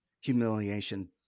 humiliation